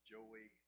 Joey